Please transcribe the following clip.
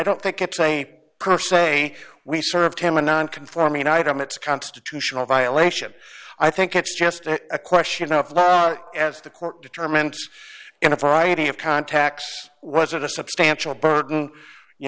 don't think it's a proof say we served him a non conforming item it's constitutional violation i think it's just a question of law as the court determined in a variety of contacts was it a substantial burden you